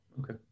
Okay